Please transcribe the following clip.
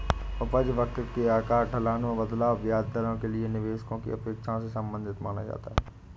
उपज वक्र के आकार, ढलान में बदलाव, ब्याज दरों के लिए निवेशकों की अपेक्षाओं से संबंधित माना जाता है